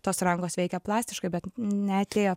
tos rankos veikia plastiškai bet neatėjo